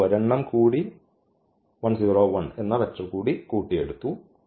നമ്മൾ ഒരെണ്ണം കൂടി എന്ന് എടുത്തു